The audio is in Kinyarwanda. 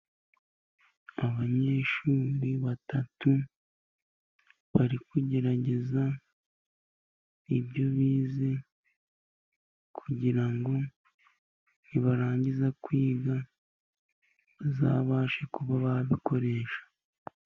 Abanyeshuri batatu, bari kugerageza ibyo bize, kugirango nibarangiza kwiga, bazabashe kuba bakoresha.